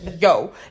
yo